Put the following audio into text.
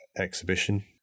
exhibition